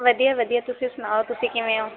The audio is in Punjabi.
ਵਧੀਆ ਵਧੀਆ ਤੁਸੀਂ ਸੁਣਾਓ ਤੁਸੀਂ ਕਿਵੇਂ ਹੋ